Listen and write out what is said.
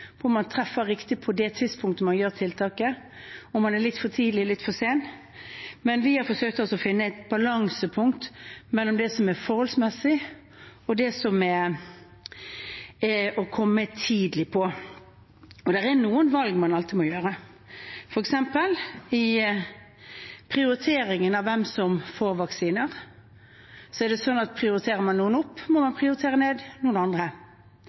man treffer riktig på det tidspunktet man gjør tiltaket, om man er litt for tidlig eller litt for sen. Vi har forsøkt å finne et balansepunkt mellom det som er forholdsmessig, og det som er å komme tidlig på. Det er noen valg man alltid må gjøre: Når det gjelder f.eks. prioriteringen av hvem som skal få vaksiner, er det sånn at prioriterer man noen opp, må man prioritere noen andre